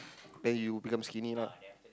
then you'll become skinny lah